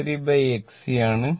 V3 X ആണ്